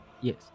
Yes